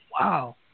wow